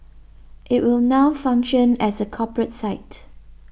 it will now function as a corporate site